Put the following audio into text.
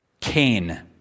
Cain